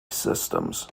systems